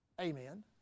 Amen